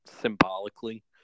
symbolically